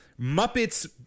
Muppets